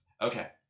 Okay